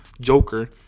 Joker